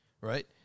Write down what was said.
...right